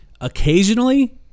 Occasionally